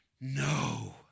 No